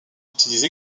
utilise